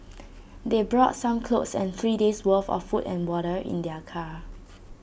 they brought some clothes and three days' worth of food and water in their car